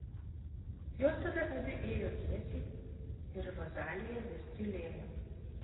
jos tada abi ėjo tiesiai ir rozalija vis tylėjo